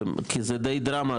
זה די דרמה,